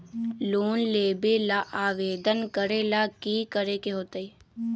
Loan लेबे ला आवेदन करे ला कि करे के होतइ?